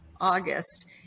August